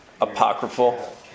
Apocryphal